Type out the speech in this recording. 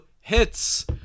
hits